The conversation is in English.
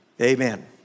Amen